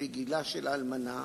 לפי גילה של האלמנה,